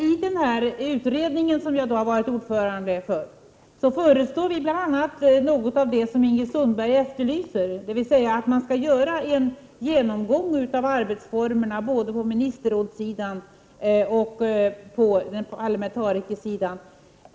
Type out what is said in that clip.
I den utredning som jag har varit ordförande för föreslår vi bl.a. något av det som Ingrid Sundberg efterlyser, dvs. att man skall göra en genomgång av arbetsformerna både på ministerrådssidan och parlamentarikersidan.